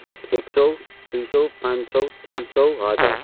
एक सौ दुई सौ पाँच सौ तिन सौ हजार